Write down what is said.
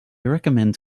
recommend